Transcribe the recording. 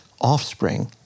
offspring